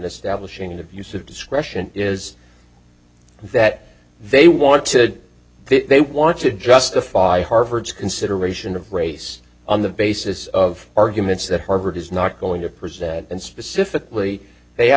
establishing an abuse of discretion is that they want to they want to justify harvard's consideration of race on the basis of arguments that harvard is not going to pursue that and specifically they have